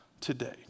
today